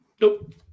Nope